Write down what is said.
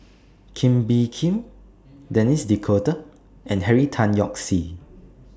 Kee Bee Khim Denis D'Cotta and Henry Tan Yoke See